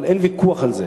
אבל אין ויכוח על זה